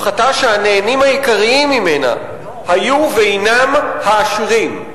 הפחתה שהנהנים העיקריים ממנה היו והינם העשירים.